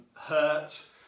hurt